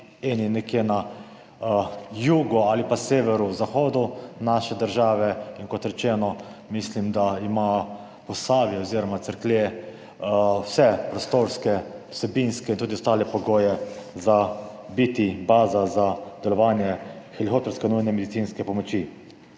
eno nekje na jugu ali pa severozahodu naše države, in kot rečeno, mislim, da ima Posavje oziroma Cerklje vse prostorske, vsebinske in tudi ostale pogoje, da je lahko baza za delovanje helikopterske nujne medicinske pomoči.